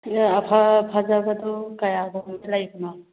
ꯐꯖꯕꯗꯨ ꯀꯌꯥꯒꯨꯝꯕꯗ ꯂꯩꯕꯅꯣ